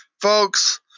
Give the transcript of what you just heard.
Folks